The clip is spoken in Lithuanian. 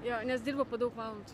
jo nes dirba po daug valandų